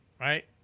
right